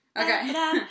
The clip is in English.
Okay